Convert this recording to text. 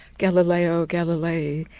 galileo galilei.